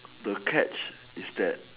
to catch is that